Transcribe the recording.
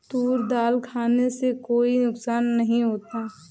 तूर दाल खाने से कोई नुकसान नहीं होता